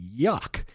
yuck